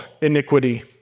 iniquity